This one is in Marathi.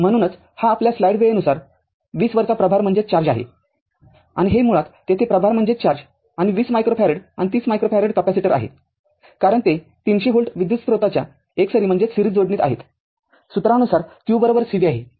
म्हणूनच हा आपल्या स्लाईड वेळेनुसार २० वरचा प्रभार आहे आणि हे मुळात तेथे प्रभार आणि २० मायक्रोफॅरेड आणि ३० मायक्रोफॅरेड कॅपेसिटर आहे कारण ते ३०० व्होल्ट विद्युत स्त्रोताच्या एकसरी जोडणीत आहेत सूत्रानुसार q c v आहे